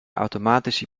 automatische